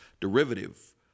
derivative